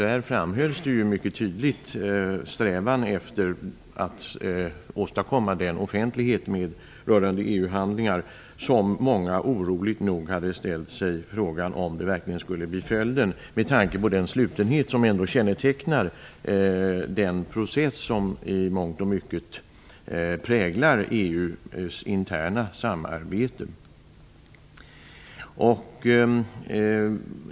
Där framhölls mycket tydligt strävan efter att åstadkomma den offentlighet rörande EU-handlingar som många oroligt ställt sig frågan om det verkligen skulle bli följden med tanke på den slutenhet som ändå kännetecknar den process som i mångt och mycket präglar EU:s interna samarbete.